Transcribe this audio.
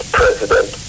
president